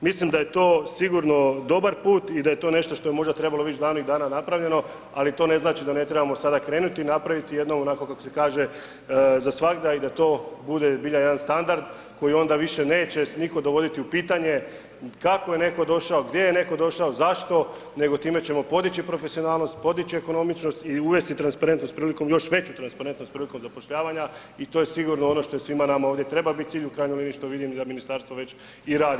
Mislim da je to sigurno dobar put i da je to nešto što je možda trebalo već davnih dana napravljeno, ali to ne znači da ne trebamo sada krenuti i napraviti jedno onako kako se kaže za svagda i da to bude zbilja jedan standard koji onda više neće nitko dovoditi u pitanje kako je netko došao, gdje je netko došao, zašto, nego time ćemo podići profesionalnost, podići ekonomičnost i uvesti transparentnost, još veću transparentnost prilikom zapošljavanja i to je sigurno ono što je svima nama ovdje treba biti cilj u krajnjoj liniji što vidim da ministarstvo već i radi.